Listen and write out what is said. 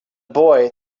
boy